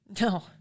no